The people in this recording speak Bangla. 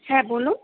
হ্যাঁ বলুন